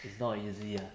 it's not easy lah